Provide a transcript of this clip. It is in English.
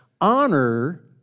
Honor